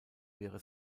wäre